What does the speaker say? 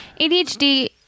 ADHD